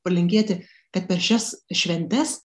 palinkėti kad per šias šventes